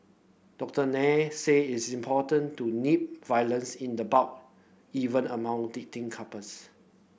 Doctor Nair said it's important to nip violence in the bud even among dating couples